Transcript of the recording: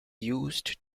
used